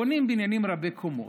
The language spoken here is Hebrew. בונים בניינים רבי-קומות.